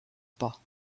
pas